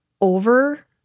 over